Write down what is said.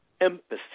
empathy